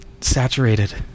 saturated